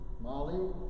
Molly